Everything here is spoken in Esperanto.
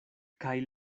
kaj